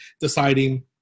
deciding